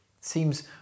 seems